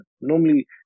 Normally